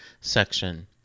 section